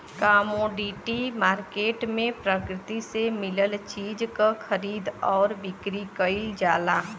commodity market में प्रकृति से मिलल चीज क खरीद आउर बिक्री कइल जाला